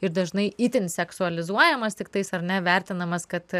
ir dažnai itin seksualizuojamas tiktais ar ne vertinamas kad